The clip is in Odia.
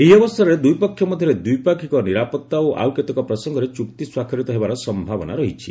ଏହି ଅବସରରେ ଦୁଇପକ୍ଷ ମଧ୍ୟରେ ଦ୍ୱିପାକ୍ଷିକ ନିରାପଭା ଓ ଆଉ କେତେକ ପ୍ରସଙ୍ଗରେ ଚୂକ୍ତି ସ୍ୱାକ୍ଷରିତ ହେବାର ସମ୍ଭାବନା ରହିଛି